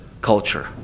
culture